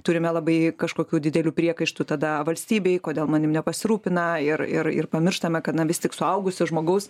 turime labai kažkokių didelių priekaištų tada valstybei kodėl manim nepasirūpina ir ir ir pamirštame kad na vis tik suaugusio žmogaus